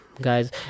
guys